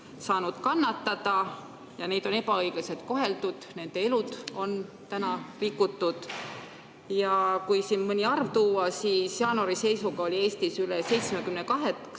saanud kannatada ja neid on ebaõiglaselt koheldud, nende elud on täna rikutud. Kui siin mõni arv tuua, siis jaanuari seisuga oli Eestis üle 72